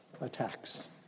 attacks